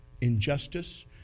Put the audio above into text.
injustice